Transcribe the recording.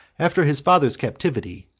after his father's captivity,